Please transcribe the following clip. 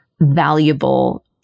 valuable